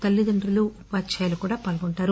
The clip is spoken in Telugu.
తల్లిదండ్రులు ఉపాధ్యాయులు కూడా పాల్గొంటారు